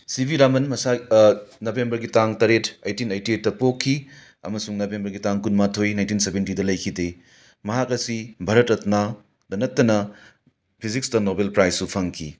ꯁꯤ ꯚꯤ ꯔꯥꯍꯃꯟ ꯃꯁꯥꯏ ꯅꯕꯦꯝꯕꯔꯒꯤ ꯇꯥꯡ ꯇꯔꯦꯠ ꯑꯩꯏꯇꯤꯟ ꯑꯩꯏꯇꯤ ꯑꯩꯏꯠꯇ ꯄꯣꯛꯈꯤ ꯑꯃꯁꯨꯡ ꯅꯕꯦꯝꯕꯔꯒꯤ ꯇꯥꯡ ꯀꯨꯟꯃꯥꯊꯣꯏ ꯅꯥꯏꯟꯇꯤꯟ ꯁꯕꯦꯟꯇꯤꯗ ꯂꯩꯈꯤꯗꯦ ꯃꯍꯥꯛ ꯑꯁꯤ ꯚꯥꯔꯠ ꯔꯠꯅꯥ ꯗ ꯅꯠꯇꯅ ꯐꯤꯖꯤꯛꯁꯇ ꯅꯣꯕꯦꯜ ꯄ꯭ꯔꯥꯖꯁꯨ ꯐꯪꯈꯤ